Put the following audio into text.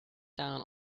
down